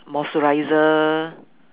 moisturizer